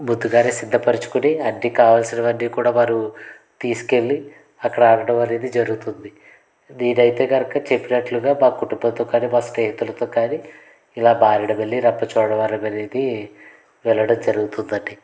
ముందుగానే సిద్ధపరచుకొని అన్నీ కావాల్సినవన్నీ కూడా వారు తీసుకెళ్ళి అక్కడ ఆడడం అనేది జరుగుతుంది నేనైతే గనక చెప్పినట్లుగా మా కుటుంబంతో కానీ మా స్నేహితులతో కానీ ఇలా మారేడు మిల్లి రంపచోడవరం అనేది వెళ్ళడం జరుగుతుందండి